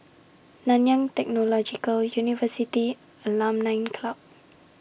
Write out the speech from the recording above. Nanyang Technological University Alumni Club